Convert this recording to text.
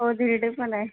हो धिरडे पण आहे